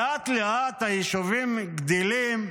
לאט-לאט היישובים גדלים,